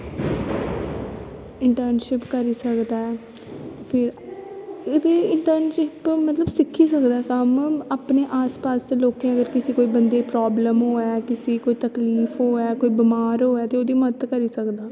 internship करी सकदा ऐ फिर एह् बी इंटर्नशिप मतलव सिक्खी सकदा ऐ कम्म अपने आस पास दे अगर कुसे बंदे गी प्रवलम होऐ किसे गी कोई तकलीफ होऐ बमार होऐ ते ओह्दी मदद करी सकदा